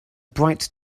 bright